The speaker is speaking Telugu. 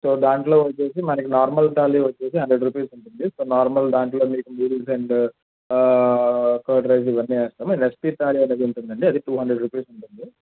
సో దాంట్లో వచ్చి మనకి నార్మల్ థాలి వచ్చి హండ్రెడ్ రూపీస్ ఉంటుంది సో నార్మల్ దాంట్లో మీకు నూడుల్స్ అండ్ కర్డ్ రైస్ ఇవన్నీ వేస్తాం రెసిపీ థాలి అని ఉంటుంది అది టూ హండ్రెడ్ ఉంటుంది